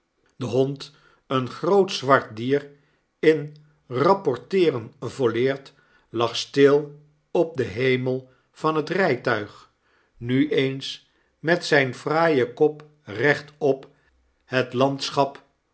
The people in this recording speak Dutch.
de hond een groot zwart dier in rapporteeren volleerd lag stil op den herael van het rytuig mi eensmetzgn fraaien kop rechtop het landschap